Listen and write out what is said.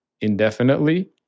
indefinitely